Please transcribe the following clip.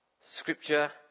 Scripture